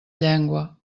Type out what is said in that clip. llengua